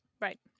right